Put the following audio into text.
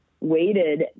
waited